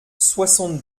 soixante